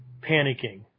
Panicking